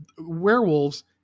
werewolves